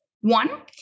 One